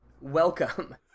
welcome